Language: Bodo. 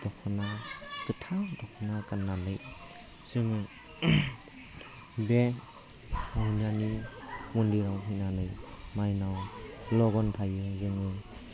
दखना गोथार दख'ना गाननानै जोङो बे मन्दिराव फैनानै माइनाव लगन थायो जोङो